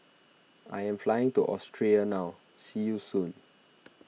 I am flying to Austria now see you soon